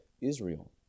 Israel